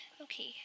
okay